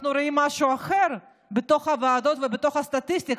אנחנו רואים משהו אחר בוועדות ובסטטיסטיקה.